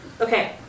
Okay